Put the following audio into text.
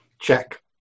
Check